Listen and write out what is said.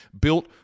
Built